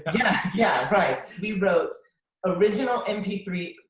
yeah, yeah, right? we wrote original m p three,